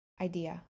idea